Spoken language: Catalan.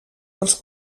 dels